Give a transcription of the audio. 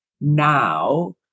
now